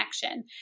connection